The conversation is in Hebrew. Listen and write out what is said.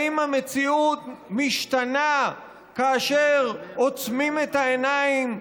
האם המציאות משתנה כאשר עוצמים את העיניים,